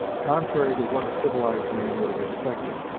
contrary to what a civilized man would have expected,